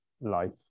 life